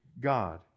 God